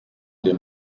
der